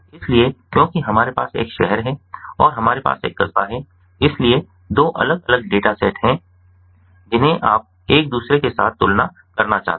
इसलिए क्योंकि हमारे पास एक शहर है और हमारे पास एक क़स्बा है इसलिए दो अलग अलग डेटासेट हैं जिन्हें आप एक दूसरे के साथ तुलना करना चाहते हैं